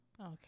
Okay